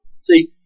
See